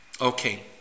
Okay